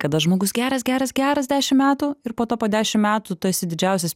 kada žmogus geras geras geras dešimt metų ir po to po dešimt metų tu esi didžiausias